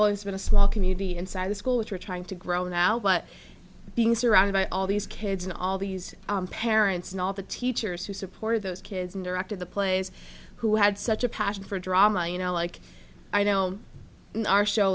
always been a small community inside the school which we're trying to grow now but being surrounded by all these kids and all these parents and all the teachers who supported those kids and directed the plays who had such a passion for drama you know like i know in our show